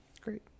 Great